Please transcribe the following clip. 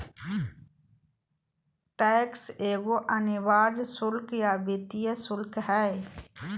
tax एगो अनिवार्य शुल्क या वित्तीय शुल्क हइ